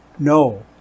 no